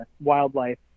wildlife